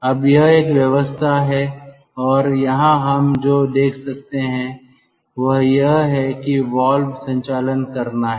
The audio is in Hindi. अब यह एक व्यवस्था है और यहां हम जो देख सकते हैं वह यह है कि यह वाल्व संचालन करना है